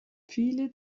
viele